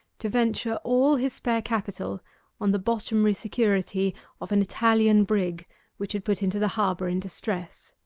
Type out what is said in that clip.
to venture all his spare capital on the bottomry security of an italian brig which had put into the harbour in distress.